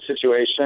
situation